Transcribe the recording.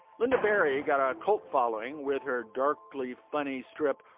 linda berry got a cult following with her darkly funny strip,